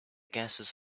gases